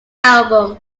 album